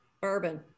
Bourbon